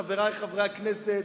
חברי חברי הכנסת,